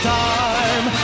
time